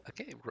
Okay